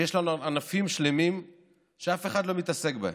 שיש לנו ענפים שלמים שאף אחד לא מתעסק בהם?